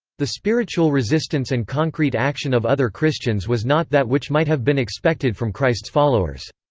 the spiritual resistance and concrete action of other christians was not that which might have been expected from christ's followers.